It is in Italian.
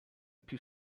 più